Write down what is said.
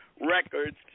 records